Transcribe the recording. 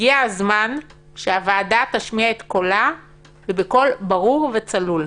הגיע הזמן שהוועדה תשמיע את קולה ובקול ברור וצלול.